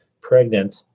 pregnant